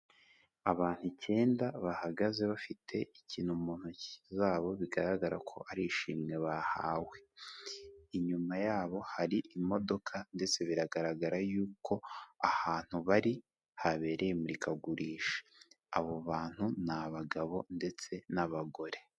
Abantu icyenda bahagaze bafite ikintu mu ntoki zabo, bigaragara ko ari ishimwe bahawe, inyuma yabo hari imodoka ndetse biragaragara yuko ahantu bari habereye imurikagurisha, abo bantu ni abagabo ndetse n'abagore.